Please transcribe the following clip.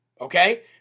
okay